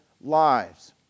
lives